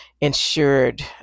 insured